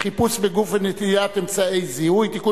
חיפוש בגוף ונטילת אמצעי זיהוי) (תיקון